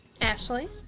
Ashley